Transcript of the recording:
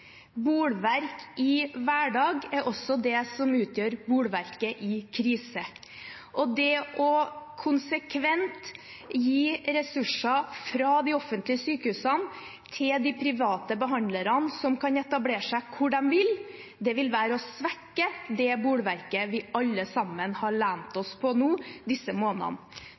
Bolverk i hverdag er også det som utgjør bolverket i krise. Det å konsekvent gi ressurser fra de offentlige sykehusene til de private behandlerne, som kan etablere seg hvor de vil, vil være å svekke det bolverket vi alle sammen har lent oss på nå, disse månedene.